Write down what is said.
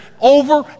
over